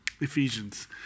Ephesians